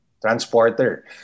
Transporter